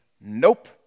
nope